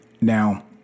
Now